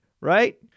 Right